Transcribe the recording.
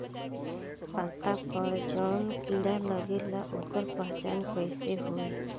पत्ता पर जौन कीड़ा लागेला ओकर पहचान कैसे होई?